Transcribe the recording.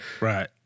Right